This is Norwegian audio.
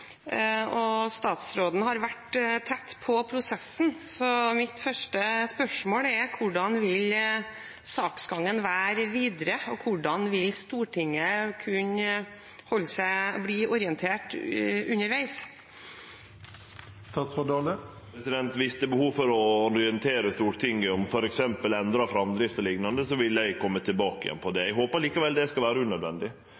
Statsråden har vært tett på prosessen, så mitt første spørsmål er: Hvordan vil saksgangen være videre, og hvordan vil Stortinget bli holdt orientert underveis? Viss det er behov for å orientere Stortinget om f.eks. endra framdrift o.l., vil eg kome tilbake igjen